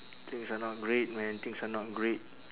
things are not great man things are not great